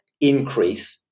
increase